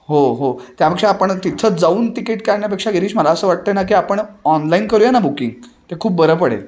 हो हो त्यापेक्षा आपण तिथं जाऊन तिकीट काढण्यापेक्षा गिरीश मला असं वाटतं आहे ना की आपण ऑनलाईन करूया ना बुकिंग ते खूप बरं पडेल